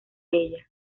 ella